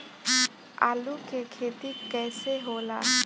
आलू के खेती कैसे होला?